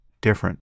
different